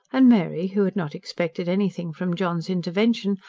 and mary, who had not expected anything from john's intervention,